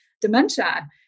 dementia